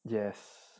yes